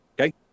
Okay